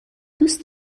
دوست